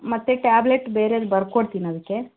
ಮತ್ತೆ ಟ್ಯಾಬ್ಲೆಟ್ ಬೇರೆದು ಬರ್ಕೊಡ್ತೀನಿ ಅದಕ್ಕೆ